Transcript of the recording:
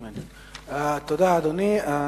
תודה, אדוני.